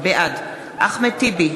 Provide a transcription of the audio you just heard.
בעד אחמד טיבי,